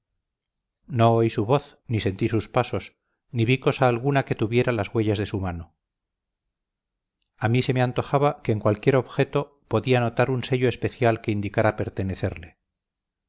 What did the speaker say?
no oí su voz ni sentí sus pasos ni vi cosa alguna que tuviera las huellas de su mano a mí se me antojaba que en cualquier objeto podía notar un sello especial que indicara pertenecerle